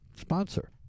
sponsor